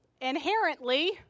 inherently